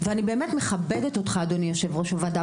ואני באמת מכבדת אותך אדוני יו"ר הוועדה,